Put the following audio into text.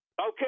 Okay